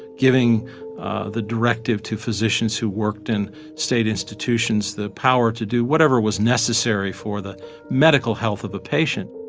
giving the directive to physicians who worked in state institutions the power to do whatever was necessary for the medical health of a patient.